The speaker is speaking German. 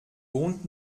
wohnt